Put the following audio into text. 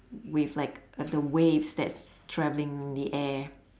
with like uh the waves that's traveling in the air